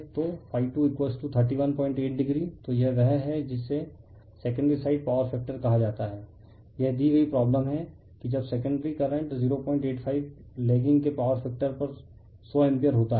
तो 2318 डिग्री तो यह वह है जिसे सेकेंडरी साइड पावर फैक्टर कहा जाता है यह दी गई प्रॉब्लम है कि जब सेकेंडरी करंट 085 लैगिंग के पावर फैक्टर पर सौ एम्पीयर होता है